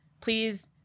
please